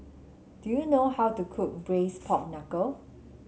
do you know how to cook braise Pork Knuckle